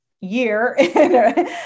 year